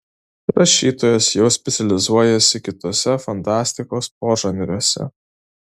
rašytojas jau specializuojasi kituose fantastikos požanriuose